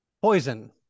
Poison